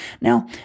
Now